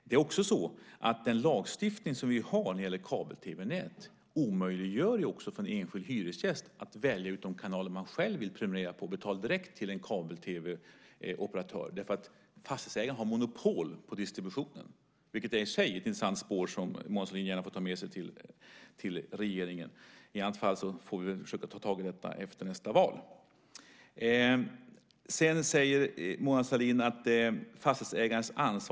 Det är också så att den lagstiftning som vi har när det gäller kabel-tv-nät omöjliggör för en enskild hyresgäst att välja ut de kanaler man själv vill prenumerera på och betala direkt till en kabel-tv-operatör, därför att fastighetsägaren har monopol på distributionen. Det är i sig ett intressant spår som Mona Sahlin gärna får ta med sig till regeringen. I annat fall får vi väl försöka ta tag i detta efter nästa val. Sedan säger Mona Sahlin att det här är fastighetsägarens ansvar.